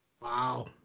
Wow